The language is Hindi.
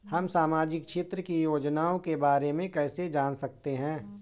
हम सामाजिक क्षेत्र की योजनाओं के बारे में कैसे जान सकते हैं?